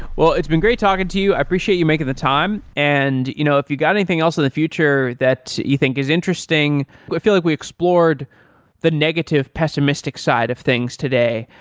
well, it's been great talking to you. i appreciate you making the time and you know if you got anything else in the future that you think is interesting, i but feel like we explored the negative pessimistic side of things today,